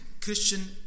Christian